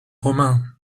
romains